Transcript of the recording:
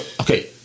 okay